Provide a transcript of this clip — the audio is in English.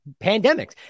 pandemics